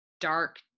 dark